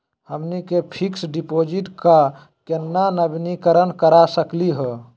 हमनी के fix deposit क केना नवीनीकरण करा सकली हो?